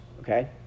okay